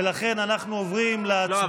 ולכן אנחנו עוברים להצבעה, לא.